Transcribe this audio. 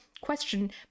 question